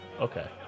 Okay